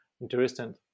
interesting